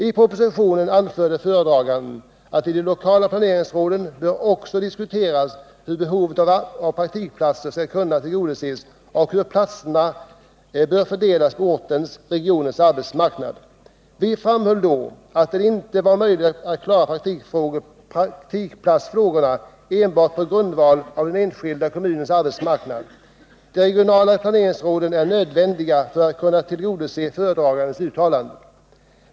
I propositionen anförde föredraganden att i de lokala planeringsråden bör ”också diskuteras hur behovet av praktikplatser skall kunna tillgodoses och hur platserna bör fördelas på ortens/regionens arbetsmarknad”. Vi framhöll då att det inte var möjligt att klara praktikplatsfrågorna enbart på grundval av arbetsmarknadssituationen i den enskilda kommunen. De regionala planeringsråden är nödvändiga för att föredragandens uttalanden skall kunna tillgodoses.